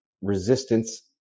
resistance